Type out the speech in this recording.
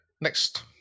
Next